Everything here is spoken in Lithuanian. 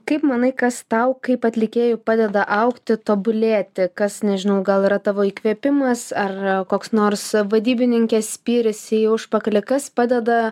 kaip manai kas tau kaip atlikėjui padeda augti tobulėti kas nežinau gal yra tavo įkvėpimas ar koks nors vadybininkės spyris į užpakalį kas padeda